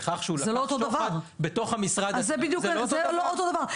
בכך שהוא לקח שוחד --- זה לא אותו דבר.